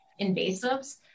invasives